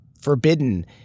forbidden